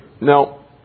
Now